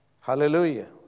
Hallelujah